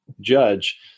judge